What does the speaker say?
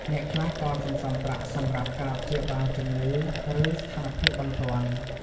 អ្នកខ្លះក៏សន្សំប្រាក់សម្រាប់ការព្យាបាលជំងឺ ឬស្ថានភាពបន្ទាន់។